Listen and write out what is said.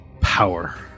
power